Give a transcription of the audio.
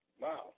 Wow